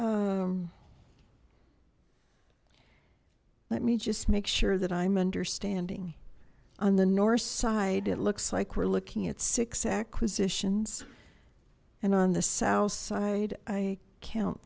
footed let me just make sure that i'm understanding on the north side it looks like we're looking at six acquisitions and on the south side i count